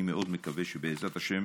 אני מאוד מקווה שבעזרת השם,